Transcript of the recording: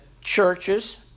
churches